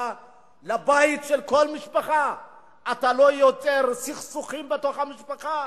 ההכרעה לבית של כל משפחה אתה לא יוצר סכסוכים בתוך המשפחה?